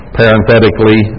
parenthetically